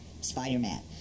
Spider-Man